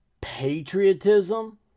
patriotism